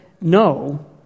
no